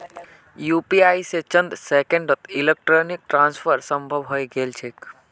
UPI स चंद सेकंड्सत इलेक्ट्रॉनिक ट्रांसफर संभव हई गेल छेक